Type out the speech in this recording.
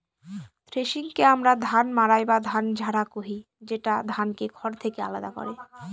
থ্রেশিংকে আমরা ধান মাড়াই বা ধান ঝাড়া কহি, যেটা ধানকে খড় থেকে আলাদা করে